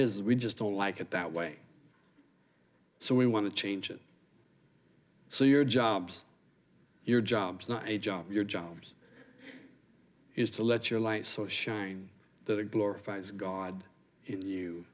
is we just don't like it that way so we want to change it so your jobs your jobs not a job your jobs is to let your light so shine the glorifies god